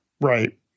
Right